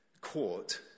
court